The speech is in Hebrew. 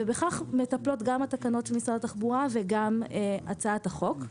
ובכך מטפלות גם התקנות של משרד התחבורה וגם הצעת החוק.